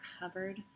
covered